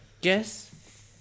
guess